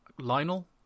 Lionel